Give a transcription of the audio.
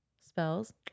spells